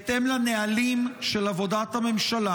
בהתאם לנהלים של עבודת הממשלה,